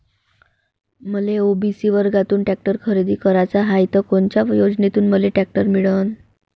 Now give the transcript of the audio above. मले ओ.बी.सी वर्गातून टॅक्टर खरेदी कराचा हाये त कोनच्या योजनेतून मले टॅक्टर मिळन?